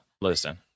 listen